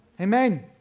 Amen